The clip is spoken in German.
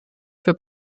für